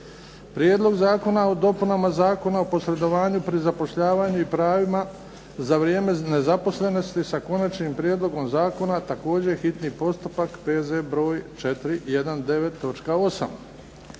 Prijedlog zakona o dopunama Zakona o posredovanju pri zapošljavanju i pravima za vrijeme nezaposlenosti, s Konačnim prijedlogom zakona, hitni postupak, prvo i